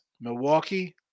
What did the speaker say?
Milwaukee